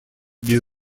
без